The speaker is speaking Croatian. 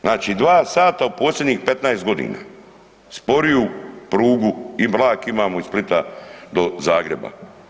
Znači dva sata u posljednjih 15 godina sporiju prugu i vlak imamo iz Splita do Zagreba.